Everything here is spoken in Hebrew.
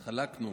התחלקנו.